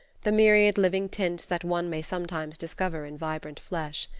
the myriad living tints that one may sometimes discover in vibrant flesh.